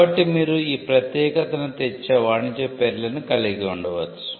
కాబట్టి మీరు ఈ ప్రత్యేకతను తెచ్చే వాణిజ్య పేర్లను కలిగి ఉండవచ్చు